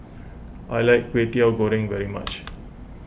I like Kway Teow Goreng very much